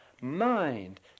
mind